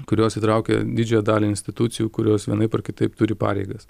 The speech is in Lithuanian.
kurios įtraukia didžiąją dalį institucijų kurios vienaip ar kitaip turi pareigas